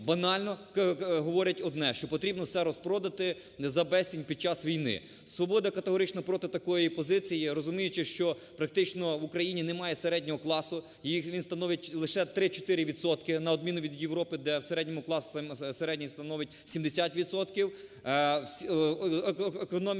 банально говорять одне, що потрібно все розпродати за безцінь під час війни. "Свобода" категорично проти такої позиції, розуміючи, що практично в Україні немає середнього класу. Він становить лише 3-4 відсотки на відміну від Європи, де середній клас становить 70 відсотків. Економіка